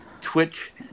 Twitch